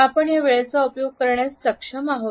आपण त्या वेळेचा उपयोग करण्यास सक्षम आहोत